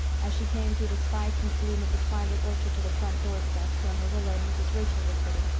as she came through the spice and bloom of the twilit orchard to the front door steps, where marilla and mrs. rachel were sitting,